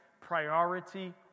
priority